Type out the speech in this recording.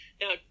Now